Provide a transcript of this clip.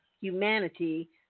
humanity